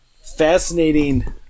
fascinating